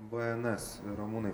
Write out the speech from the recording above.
bns ramūnai